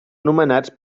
nomenats